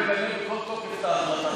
אני מגנה בכל תוקף את ההחלטה שלה.